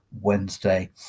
Wednesday